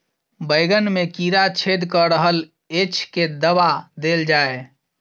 बैंगन मे कीड़ा छेद कऽ रहल एछ केँ दवा देल जाएँ?